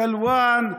סילוואן,